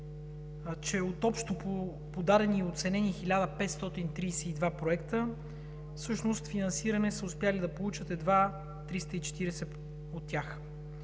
че от общо подадени и оценени 1532 проекта, финансиране са успели да получат едва 340 от тях.